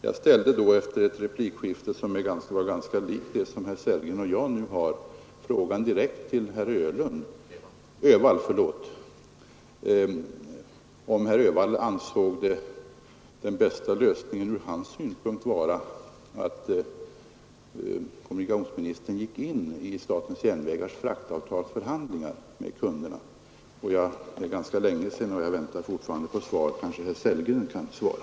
Jag ställde då, efter ett replikskifte som var ganska likt det som herr Sellgren och jag nu har, frågan direkt till herr Öhvall, om han ansåg den bästa lösningen från hans synpunkt vara att kommunikationsministern gick in i statens järnvägars fraktavtalsförhandlingar med kunderna. Det var ganska länge sedan, men jag väntar fortfarande på svar. Kanske herr Sellgren kan svara?